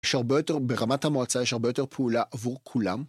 ‫יש הרבה יותר, ברמת המועצה יש הרבה יותר ‫פעולה עבור כולם.